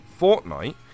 Fortnite